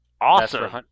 Awesome